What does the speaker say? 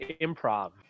improv